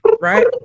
right